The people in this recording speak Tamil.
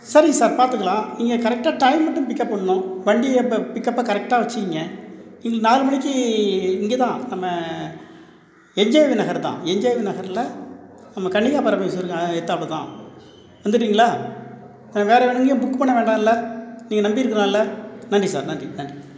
சரிங்க சார் பார்த்துக்கலாம் நீங்கள் கரெக்டாக டைம் மட்டும் பிக்கப் பண்ணனும் வண்டியை இந்த பிக்கப்ப கரெக்ட்டாக வச்சுக்குங்க நீங்க நாலு மணிக்கு இங்கே தான் நம்ம என்ஜாய் நகர் தான் என்ஜாய்பி நகரில் நம்ம கன்னிகா பரமேஸ்வரியில் எதுத்தாப்புல தான் வந்துடுறீங்களா வேற எங்கேயும் புக் பண்ண வேண்டாம்ல நீங்கள் நம்பி இருக்கலாம்ல நன்றி சார் நன்றி நன்றி